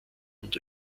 und